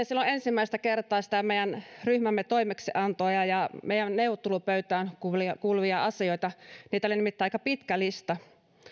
silloin ensimmäistä kertaa sitä meidän ryhmämme toimeksiantoa ja ja meidän neuvottelupöytään kuuluvia asioita niitä oli nimittäin aika pitkä lista